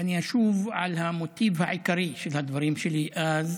ואני אשוב על המוטיב העיקרי של הדברים שלי אז.